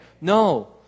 No